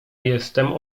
jestem